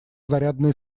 зарядные